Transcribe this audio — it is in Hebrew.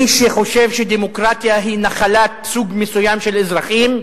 מי שחושב שדמוקרטיה היא נחלת סוג מסוים של אזרחים,